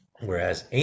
Whereas